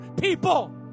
people